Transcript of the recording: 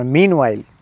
Meanwhile